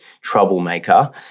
troublemaker